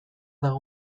dago